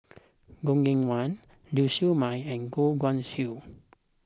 Goh Eng Wah Lau Siew Mei and Goh Guan Siew